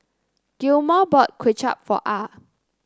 Gilmore bought Kway Chap for Ah